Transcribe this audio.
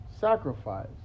Sacrifice